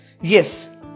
yes